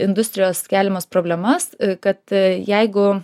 industrijos keliamas problemas kad jeigu